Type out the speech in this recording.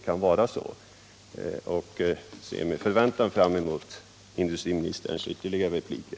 Jag ser därför med förväntan fram mot industriministerns ytterligare repliker.